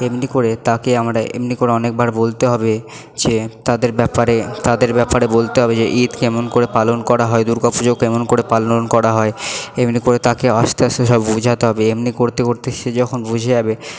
এমনি করে তাকে আমরা এমনি করে অনেকবার বলতে হবে যে তাদের ব্যাপারে তাদের ব্যাপারে বলতে হবে যে ঈদ কেমন করে পালন করা হয় দুর্গা পুজো কেমন করে পালন করা হয় এমনি করে তাকে আস্তে আস্তে সব বুঝাতে হবে এমনি করতে করতে সে যখন বুঝে যাবে